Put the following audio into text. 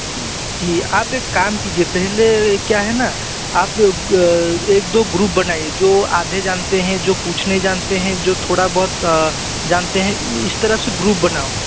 जी आप एक काम कीजिए पहले क्या है न आप एक दो ग्रुप बनाए जो आधे जानते हैं जो कुछ नहीं जानते हैं जो थोड़ा बहुत जानते हैं इस तरह से ग्रुप बनाओ